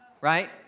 right